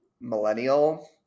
millennial